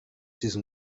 diesem